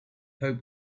hoped